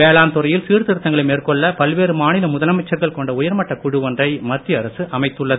வேளாண்துறையில் சீர்திருத்தங்களை மேற்கொள்ள பல்வேறு மாநில முதலமைச்சர்கள் கொண்ட உயர்மட்டக் குழு ஒன்றை மத்திய அரசு அமைத்துள்ளது